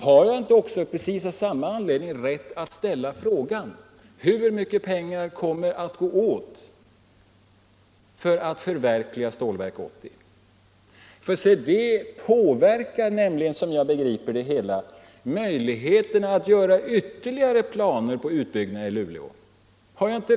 Har jag inte av precis samma anledning rätt att ställa frågan hur mycket pengar som kommer att gå åt för att förverkliga Stålverk 80? Det påverkar nämligen, såvitt jag begriper, möjligheterna att göra en ytterligare utbyggnad i Luleå.